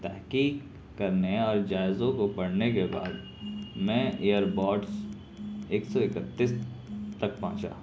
تحقیق کرنے اور جائزوں کو پڑھنے کے بعد میں ایئر بڈس ایک سو اکتس تک پہنچا